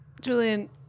Julian